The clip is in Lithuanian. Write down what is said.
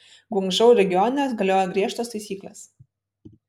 guangdžou regione galioja griežtos taisyklės